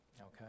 Okay